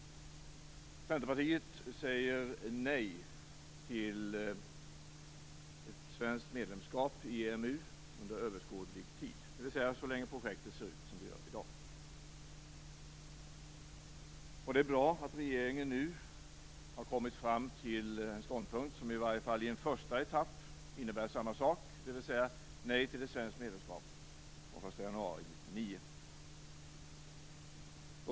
Centerpartiet säger nej till ett svenskt medlemskap i EMU under överskådlig tid, dvs. så länge som projektet ser ut som det gör i dag. Det är bra att regeringen nu har kommit fram till en ståndpunkt som i varje fall i en första etapp innebär samma sak, dvs. ett nej till ett svenskt medlemskap från den 1 januari 1999.